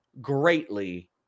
greatly